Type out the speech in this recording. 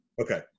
Okay